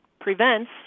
prevents